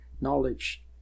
Knowledge